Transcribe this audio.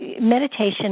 meditation